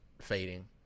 fading